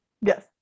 Yes